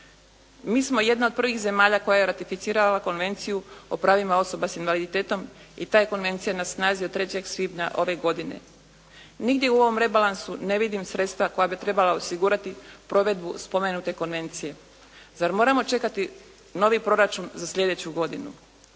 Mi smo jedna od prvih zemalja koja je ratificirala Konvenciju o pravima osoba sa invaliditetom i ta je konvencija na snazi od 3. svibnja ove godine. Nigdje u ovom rebalansu ne vidim sredstva koja bi trebala osigurati provedbu spomenute konvencije. Zar moramo čekati novi proračun za slijedeću godinu?